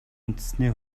үндэсний